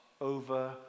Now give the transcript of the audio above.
over